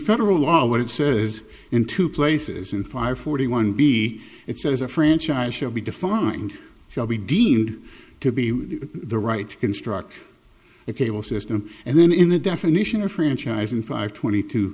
federal law what it says in two places in five forty one b it says a franchise shall be defined shall be deemed to be the right construct a cable system and then in the definition of franchise in five twenty two